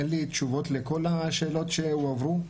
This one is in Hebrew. אין לי תשובות לכל השאלות שהועברו,